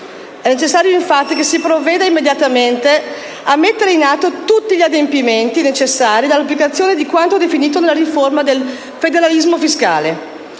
È necessario, infatti, che si provveda immediatamente a mettere in atto tutti gli adempimenti necessari all'applicazione di quanto definito nella riforma sul federalismo fiscale.